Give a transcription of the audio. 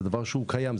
זה דבר שהוא קיים,